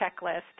checklist